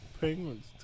penguins